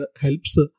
helps